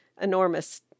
enormous